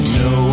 no